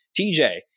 TJ